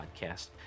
Podcast